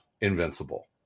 Invincible